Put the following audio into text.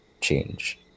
change